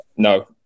No